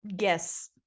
Yes